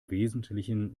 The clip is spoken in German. wesentlichen